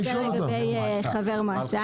יותר לגבי חבר מועצה.